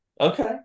okay